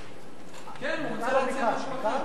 כן, הוא רוצה להציע משהו אחר.